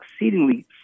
exceedingly